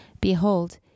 Behold